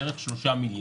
בערך 3 מיליארד.